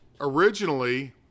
originally